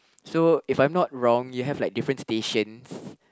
so if I'm not wrong you have like different stations